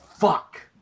fuck